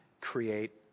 create